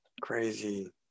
crazy